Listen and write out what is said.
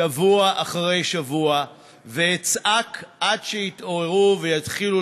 שבוע אחרי שבוע ואצעק עד שיתעוררו ויתחילו